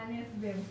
אני אסביר.